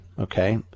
okay